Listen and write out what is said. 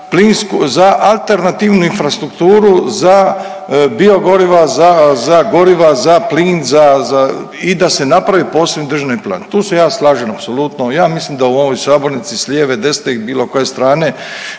za alternativnu infrastrukturu za bio goriva, za goriva, za plin i da se napravi posebni državni plan, tu se ja slažem apsolutno. Ja mislim da u ovoj sabornici s lijeve, desne i bilo koje strane